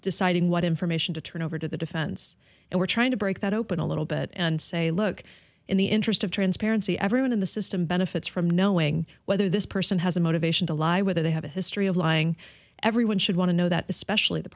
deciding what information to turn over to the defense and we're trying to break that open a little bit and say look in the interest of transparency everyone in the system benefits from knowing whether this person has a motivation to lie whether they have a history of lying everyone should want to know that especially the